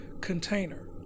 container